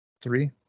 Three